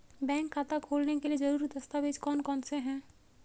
Bank खाता खोलने के लिए ज़रूरी दस्तावेज़ कौन कौनसे हैं?